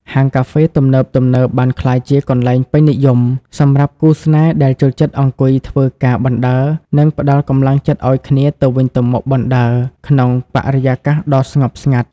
ហាងកាហ្វេទំនើបៗបានក្លាយជា «កន្លែងពេញនិយម» សម្រាប់គូស្នេហ៍ដែលចូលចិត្តអង្គុយធ្វើការបណ្ដើរ និងផ្ដល់កម្លាំងចិត្តឱ្យគ្នាទៅវិញទៅមកបណ្ដើរ ក្នុងបរិយាកាសដ៏ស្ងប់ស្ងាត់។